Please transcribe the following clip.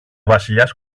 βασιλιάς